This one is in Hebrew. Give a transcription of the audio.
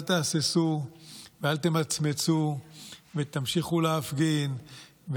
אל תהססו ואל תמצמצו ותמשיכו להפגין,